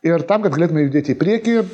ir tam kad galėtume judėt į priekį